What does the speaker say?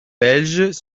belges